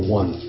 one